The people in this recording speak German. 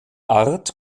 art